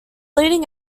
leading